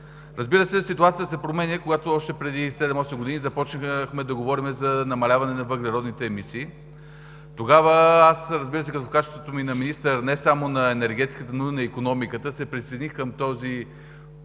Разбира се, ситуацията се променя. Когато още преди 7 – 8 години започнахме да говорим за намаляване на въглеродните емисии – тогава аз, разбира се, в качеството ми на министър не само на енергетиката, но и на икономиката, се присъединих към европейския